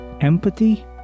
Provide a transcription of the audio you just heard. empathy